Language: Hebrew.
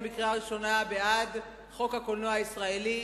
בקריאה ראשונה בעד חוק הקולנוע הישראלי,